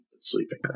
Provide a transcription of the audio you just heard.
sleeping